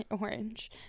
orange